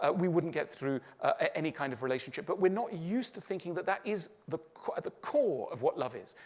ah we wouldn't get through any kind of relationship. but we're not used to thinking that that is the core the core of what love is.